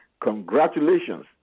Congratulations